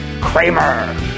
Kramer